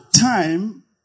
time